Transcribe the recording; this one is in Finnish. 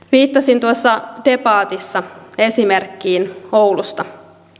viittasin tuossa debatissa esimerkkiin oulusta